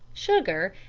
sugar,